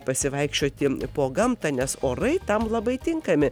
pasivaikščioti po gamtą nes orai tam labai tinkami